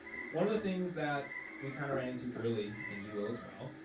one of the things that we kinda ran into early, and you will as well,